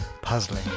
puzzling